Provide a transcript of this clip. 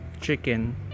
chicken